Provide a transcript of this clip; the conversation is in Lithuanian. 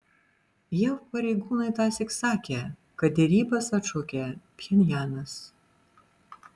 jav pareigūnai tąsyk sakė kad derybas atšaukė pchenjanas